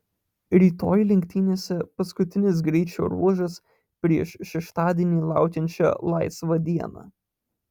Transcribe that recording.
rytoj lenktynėse paskutinis greičio ruožas prieš šeštadienį laukiančią laisvą dieną